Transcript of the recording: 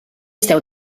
esteu